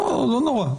לא נורא.